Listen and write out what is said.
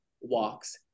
walks